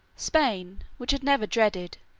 spain, which had never dreaded,